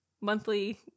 monthly